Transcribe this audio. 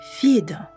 vide